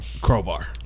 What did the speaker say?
crowbar